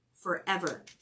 forever